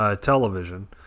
television